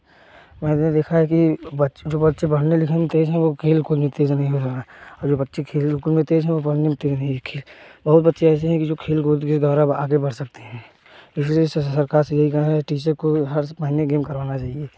मैंने देखा है कि जो बच्चे जो पढ़ने लिखने में तेज़ हैं वे खेल कूद में तेज़ नहीं हैं और जो बच्चे खेल कूद में तेज है वे पढ़ने में तेज़ नहीं है बहुत बच्चे ऐसे हैं जो खेल कूद के द्वारा आगे बढ़ सकते हैं इसलिए सरकार से यही कहना है कि टीचर को हर महीने गेम करवाना चाहिए